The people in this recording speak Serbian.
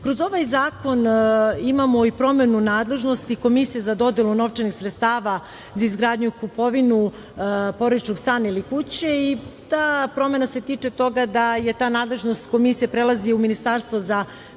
ovaj zakon imamo i promenu nadležnosti Komisije za dodelu novčanih sredstava za izgradnju, kupovinu porodičnog stana ili kuće, ta promena se tiče toga da ta nadležnost Komisije prelazi u Ministarstvo za brigu